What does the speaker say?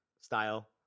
style